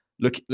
Look